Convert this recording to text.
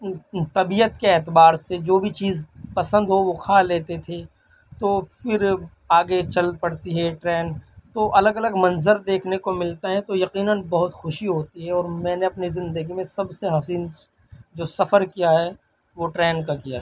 طبیعت کے اعتبار سے جو بھی چیز پسند ہو وہ کھا لیتے تھے تو پھر آگے چل پڑتی ہے ٹرین تو الگ الگ منظر دیکھنے کو ملتے ہیں تو یقیناً بہت خوشی ہوتی ہے اور میں نے اپنی زندگی میں سب سے حسین جو سفر کیا ہے وہ ٹرین کا کیا ہے